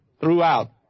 throughout